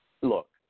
Look